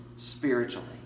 spiritually